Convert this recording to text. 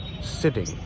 sitting